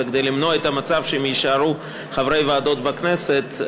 וכדי למנוע את המצב שהם יישארו חברי ועדות בכנסת,